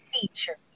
features